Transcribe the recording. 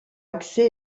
accès